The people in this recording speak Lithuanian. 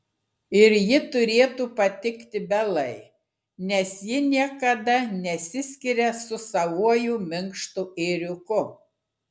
ir ji turėtų patikti belai nes ji niekada nesiskiria su savuoju minkštu ėriuku